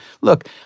look